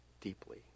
deeply